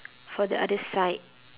for the other side